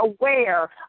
aware